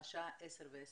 השעה 10:10,